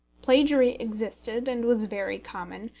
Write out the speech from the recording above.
plagiary existed, and was very common,